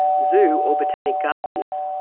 zoo or botanic gardens,